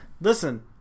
listen